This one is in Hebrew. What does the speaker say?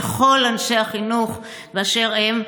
לכל אנשי החינוך באשר הם,